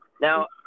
Now